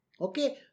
Okay